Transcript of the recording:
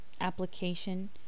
application